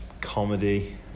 comedy